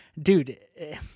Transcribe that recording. dude